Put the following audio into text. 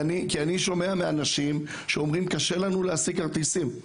אני שומע מאנשים שקשה להם להשיג כרטיסים.